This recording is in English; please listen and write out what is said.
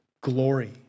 glory